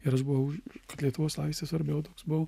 ir aš buvau kad lietuvos laisvė svarbiau toks buvau